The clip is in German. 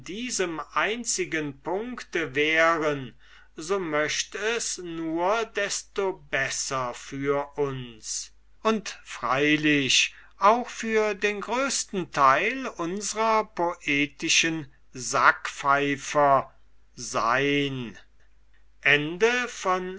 diesem einzigen puncte wären so möcht es nur desto besser für uns und freilich auch für den größten teil unsrer poetischen sackpfeifer sein